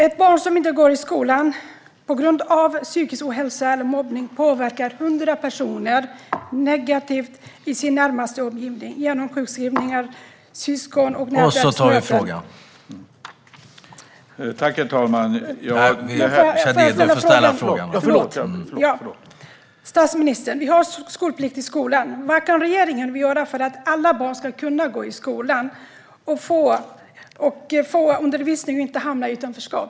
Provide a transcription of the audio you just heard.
Ett barn som inte går i skolan på grund av psykisk ohälsa eller mobbning påverkar också 100 personer i sin närmaste omgivning negativt genom sjukskrivningar, påverkan på syskon och annat. Statsministern! Vi har skolplikt i skolan. Vad kan regeringen göra för att alla barn ska kunna gå i skolan, få undervisning och inte hamna i utanförskap?